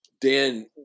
Dan